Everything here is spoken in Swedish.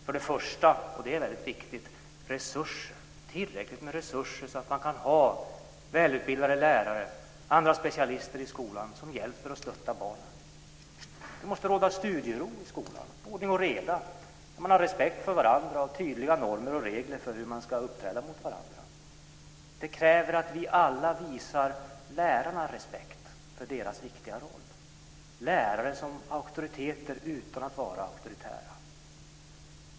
Det krävs bl.a., och det är väldigt viktigt, tillräckligt med resurser så att man kan ha välutbildade lärare och andra specialister i skolan som hjälper och stöttar barnen. Det måste råda studiero i skolan - ordning och reda. Man måste ha respekt för varandra. Det ska finnas tydliga normer och regler för hur man ska uppträda mot varandra. Det kräver att vi alla visar lärarna respekt för deras viktiga roll. Lärare ska vara auktoriteter utan att vara auktoritära.